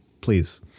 please